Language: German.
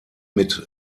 mit